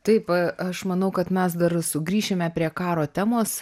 taip aš manau kad mes dar sugrįšime prie karo temos